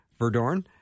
Verdorn